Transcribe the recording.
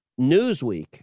Newsweek